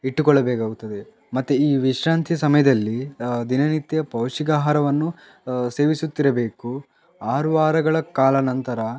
ಇಟ್ಟುಕೊಳ್ಳಬೇಕಾಗುತ್ತದೆ ಮತ್ತು ಈ ವಿಶ್ರಾಂತಿ ಸಮಯದಲ್ಲಿ ದಿನನಿತ್ಯ ಪೌಷ್ಟಿಕ ಆಹಾರವನ್ನು ಸೇವಿಸುತ್ತಿರಬೇಕು ಆರು ವಾರಗಳ ಕಾಲ ನಂತರ